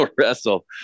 wrestle